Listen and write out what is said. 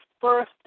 first